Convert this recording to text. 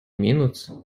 minutes